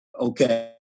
Okay